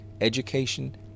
education